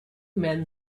men